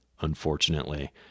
unfortunately